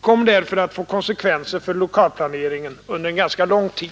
kommer därför att få konsekvenser för lokalplaneringen under en ganska lång tid.